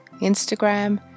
Instagram